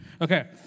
Okay